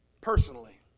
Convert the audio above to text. personally